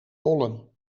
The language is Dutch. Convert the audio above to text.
pollen